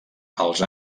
els